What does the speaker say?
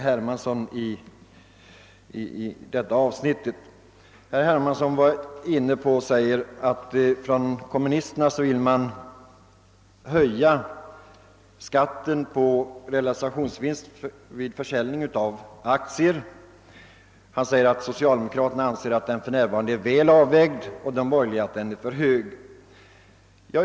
Herr Hermansson sade att kommunisterna vill höja skatten på realisationsvinster vid försäljningen av aktier. Han säger att socialdemokraterna anser att den för närvarande är väl avvägd och de borgerliga att den är för hög.